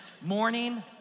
Morning